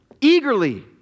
Eagerly